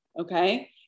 Okay